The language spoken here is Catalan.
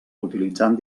utilitzant